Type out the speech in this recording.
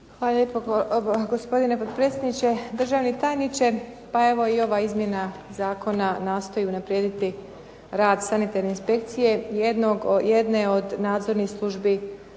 Hvala lijepo. Gospodine potpredsjedniče, državni tajniče. Pa evo i ova izmjena zakona nastoji unaprijediti rad sanitarne inspekcije jedne od nadzornih službi